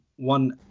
One